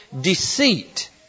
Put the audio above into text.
deceit